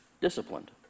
disciplined